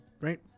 right